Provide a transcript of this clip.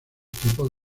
tipos